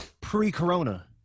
pre-corona